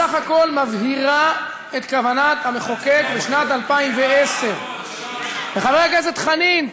בסך הכול מבהירה את כוונת המחוקק בשנת 2010. חבר הכנסת חנין,